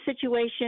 situation